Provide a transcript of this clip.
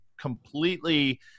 completely